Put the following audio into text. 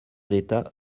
d’état